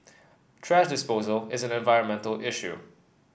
thrash disposal is an environmental issue